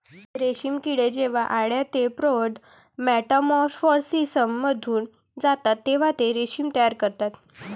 रेशीम किडे जेव्हा अळ्या ते प्रौढ मेटामॉर्फोसिसमधून जातात तेव्हा ते रेशीम तयार करतात